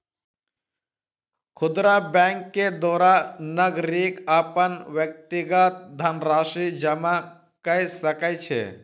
खुदरा बैंक के द्वारा नागरिक अपन व्यक्तिगत धनराशि जमा कय सकै छै